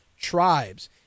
Tribes